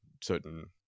certain